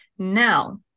Now